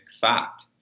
fact